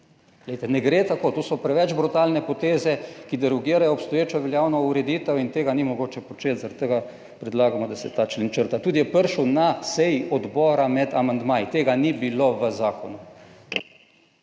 Ne gre tako. To so preveč brutalne poteze, ki derogirajo obstoječo veljavno ureditev in tega ni mogoče početi. Zaradi tega predlagamo, da se ta člen črta. Tudi je prišel na seji odbora med amandmaji, tega ni bilo v zakonu.